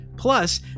Plus